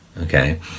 okay